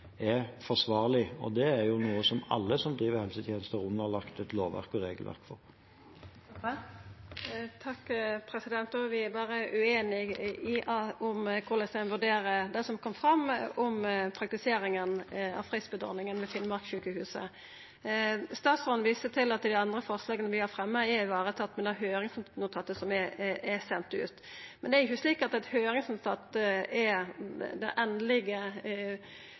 Alle som driver helsetjenestetjener, er underlagt et lovverk og regelverk. Da er vi berre ueinige om korleis ein vurderer det som kom fram om praktiseringa av fristbrotordninga ved Finnmarkssykehuset. Statsråden viser til at dei andre forslaga vi har fremja, er varetekne med dei høyringsnotatet som er sendt ut. Men det er jo ikkje slik at eit høyringsnotat er det